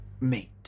meet